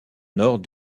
nord